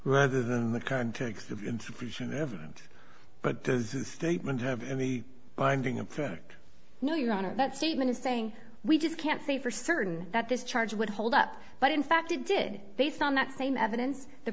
rather than the context of insufficient evidence but there is a statement to have any binding effect no you honor that statement as saying we just can't say for certain that this charge would hold up but in fact it did based on that same evidence the